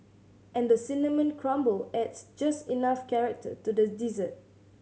and the cinnamon crumble adds just enough character to the dessert